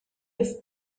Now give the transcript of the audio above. have